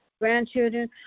grandchildren